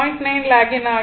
9 locking ஆகிறது